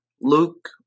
Luke